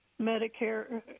Medicare